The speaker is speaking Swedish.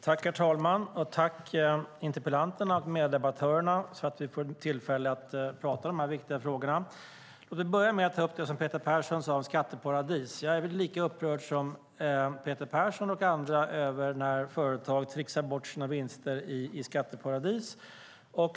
Herr talman! Tack till interpellanter och meddebattörer för att vi får tillfälle att tala om dessa viktiga frågor! Låt mig börja med att ta upp det som Peter Persson sade om skatteparadis. Jag är lika upprörd som Peter Persson och andra när företag tricksar bort sina vinster i skatteparadis.